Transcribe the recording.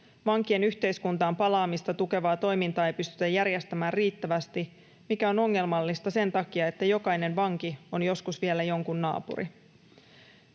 vankien yhteiskuntaan palaamista tukevaa toimintaa ei pystytä järjestämään riittävästi, mikä on ongelmallista sen takia, että jokainen vanki on joskus vielä jonkun naapuri.